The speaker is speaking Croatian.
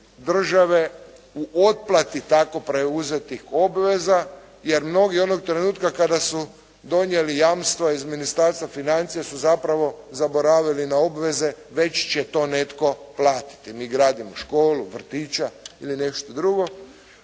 države u otplati tako preuzetih obveza, jer mnogi onog trenutka kada su donijeli jamstvo iz Ministarstva financija su zapravo zaboravili na obveze, već će to netko platiti, mi gradimo školu, vrtiće ili nešto drugo,